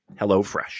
HelloFresh